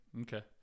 Okay